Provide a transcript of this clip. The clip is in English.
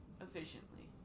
efficiently